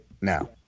now